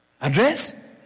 Address